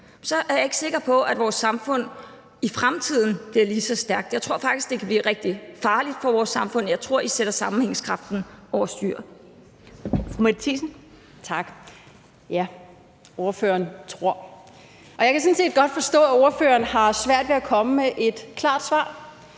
så er jeg ikke sikker på, at vores samfund i fremtiden bliver lige så stærkt. Jeg tror faktisk, at det kan blive rigtig farligt for vores samfund. Jeg tror, at I sætter sammenhængskraften over styr.